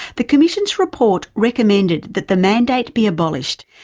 the commission's report recommended that the mandate be abolished,